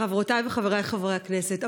חברותיי וחבריי חברי הכנסת,